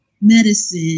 medicine